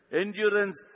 endurance